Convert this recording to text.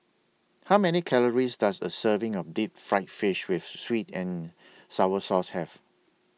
How Many Calories Does A Serving of Deep Fried Fish with Sweet and Sour Sauce Have